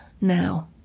now